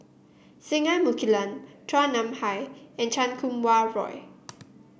Singai Mukilan Chua Nam Hai and Chan Kum Wah Roy